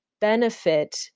benefit